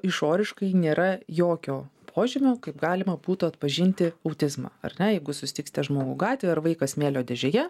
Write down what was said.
išoriškai nėra jokio požymio kaip galima būtų atpažinti autizmą ar ne jeigu susitiksite žmogų gatvėje ar vaiką smėlio dėžėje